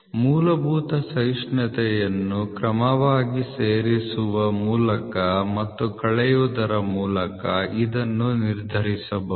ಮೂಲಭೂತ ಸಹಿಷ್ಣುತೆಯನ್ನು ಕ್ರಮವಾಗಿ ಸೇರಿಸುವ ಮೂಲಕ ಮತ್ತು ಕಳೆಯುವುದರ ಮೂಲಕ ಇದನ್ನು ನಿರ್ಧರಿಸಬಹುದು